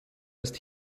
ist